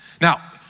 Now